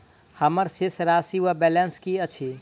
हम्मर शेष राशि वा बैलेंस की अछि?